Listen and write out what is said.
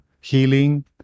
healing